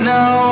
Now